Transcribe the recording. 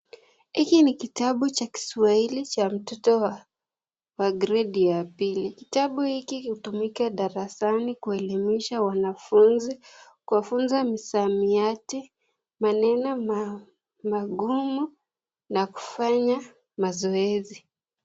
Hiki ni kitabu cha kiswahili cha mtoto wa gredi ya pili. Kitabu hiki hutumika darasani kuelimisha wanafuzi, kuwafuza msamiati, maneno magumu na kufanya mazoezi.